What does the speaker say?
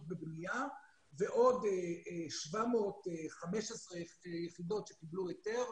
בבנייה ועוד 715 יחידות שקיבלו היתר,